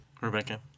rebecca